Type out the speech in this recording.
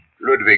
Ludwig